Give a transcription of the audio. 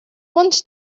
wanted